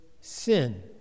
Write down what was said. sin